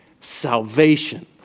salvation